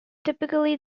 typically